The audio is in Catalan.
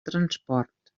transport